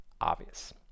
obvious